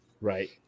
Right